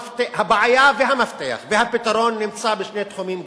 שהבעיה והמפתח והפתרון נמצאים בשני תחומים גדולים: